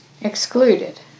excluded